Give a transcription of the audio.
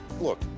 Look